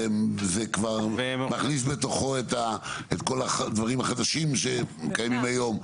זה כבר מכניס בתוכו את כל הדברים החדשים שקיימים היום?